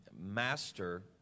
master